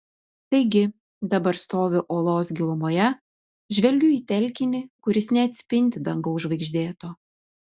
taigi dabar stoviu olos gilumoje žvelgiu į telkinį kuris neatspindi dangaus žvaigždėto